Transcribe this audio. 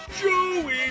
Joey